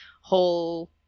whole